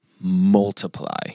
multiply